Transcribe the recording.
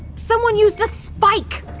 someone used a spike!